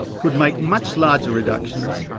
could make much larger reductions,